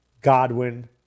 Godwin